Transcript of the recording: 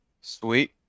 sweet